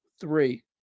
three